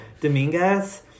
Dominguez